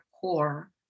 core